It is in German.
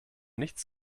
nichts